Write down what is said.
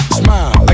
smile